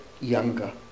younger